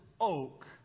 oak